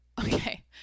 Okay